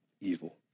evil